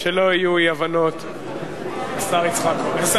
שלא יהיו אי-הבנות, יצחק כהן.